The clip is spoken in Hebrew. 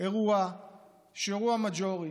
אירוע מז'ורי.